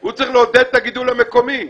הוא צריך לעודד את הגידול המקומי.